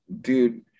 dude